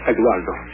Eduardo